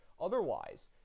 otherwise